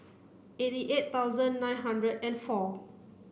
eighty eight thousand nine hundred and four